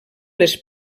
les